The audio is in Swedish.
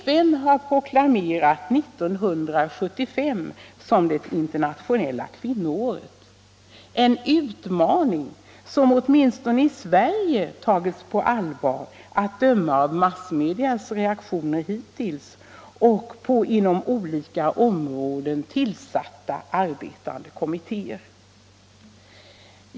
FN har proklamerat 1975 som det internationella kvinnoåret, en utmaning som åtminstone i Sverige har tagits på allvar att döma av massmedias reaktioner hittills och på olika områden tillsatta arbetande kommittéer.